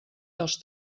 dels